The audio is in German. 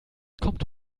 kommt